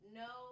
no